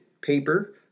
paper